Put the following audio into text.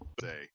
say